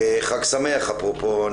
שאמתין ואעבור בינתיים הלאה?